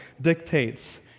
dictates